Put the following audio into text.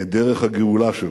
את דרך הגאולה שלו.